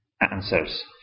answers